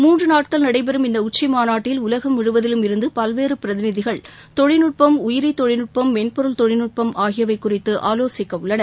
மூன்று நாட்கள் நடைபெறும் இந்த உச்சிமாநாட்டில் உலகம் முழுவதிலும் இருந்து பல்வேறு பிரதிநிதிகள் தொழில்நுட்பம் உயிரி தொழில்நுட்பம் மென்பொருள் தொழில்நுட்பம் ஆகியவை குறித்து ஆலோசிக்க உள்ளனர்